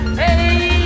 hey